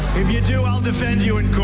if you do, i'll defend you in court,